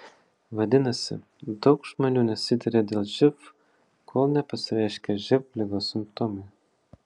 vadinasi daug žmonių nesitiria dėl živ kol nepasireiškia živ ligos simptomai